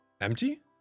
empty